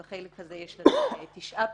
בחלק הזה יש לנו תשעה פרקליטים.